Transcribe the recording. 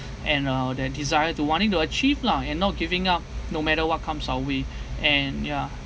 and uh that desire to wanting to achieve lah and not giving up no matter what comes our way and ya